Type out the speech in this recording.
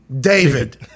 david